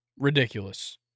Ridiculous